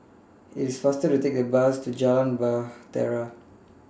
IT IS faster to Take The Bus to Jalan Bahtera